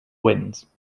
wins